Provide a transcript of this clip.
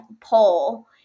poll